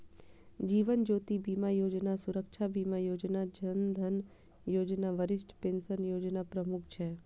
जीवन ज्योति बीमा योजना, सुरक्षा बीमा योजना, जन धन योजना, वरिष्ठ पेंशन योजना प्रमुख छै